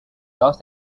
los